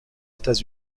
états